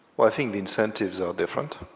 well i think the incentives are different.